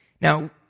Now